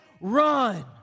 run